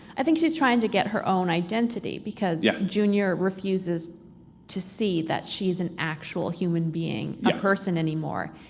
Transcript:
i think she's trying to get her own identity, because yeah junior refuses to see that she is an actual human being, a person any more.